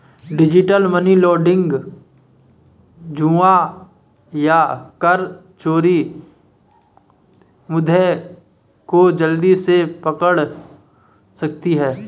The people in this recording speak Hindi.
डिजिटल मनी लॉन्ड्रिंग, जुआ या कर चोरी मुद्दे को जल्दी से पकड़ सकती है